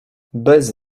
bez